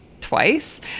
twice